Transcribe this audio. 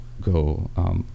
go